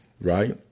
right